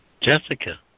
Jessica